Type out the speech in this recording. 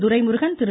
Duraimurugan Thiru